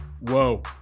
Whoa